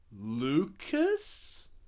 Lucas